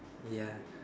ya